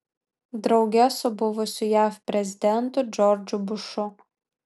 drauge su buvusiu jav prezidentu džordžu bušu